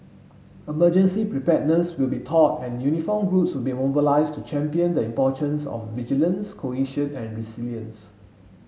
emergency preparedness will be taught and uniformed groups will be mobilised to champion the importance of vigilance cohesion and resilience